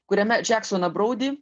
kuriame džeksoną broudį